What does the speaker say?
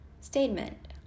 statement